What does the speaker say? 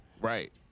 Right